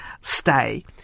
stay